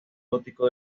gótico